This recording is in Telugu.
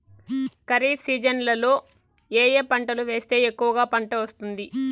ఖరీఫ్ సీజన్లలో ఏ ఏ పంటలు వేస్తే ఎక్కువగా పంట వస్తుంది?